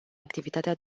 activitatea